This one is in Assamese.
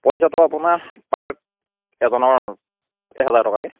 পইচাটো আপোনাৰ পাৰ এজনৰ এহেজাৰ টকাকৈ